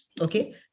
okay